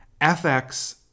FX